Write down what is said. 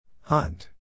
Hunt